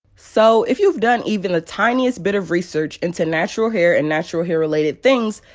so, if you've done even the tiniest bit of research into natural hair and natural hair related things,